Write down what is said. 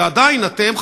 ועדיין אתם,